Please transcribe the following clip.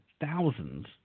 thousands